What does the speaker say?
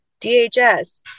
DHS